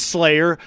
Slayer